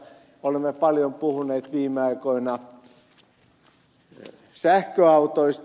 olemme paljon puhuneet viime aikoina sähköautoista